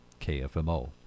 KFMO